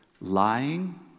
lying